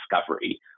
discovery